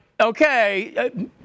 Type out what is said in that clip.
Okay